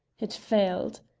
it failed.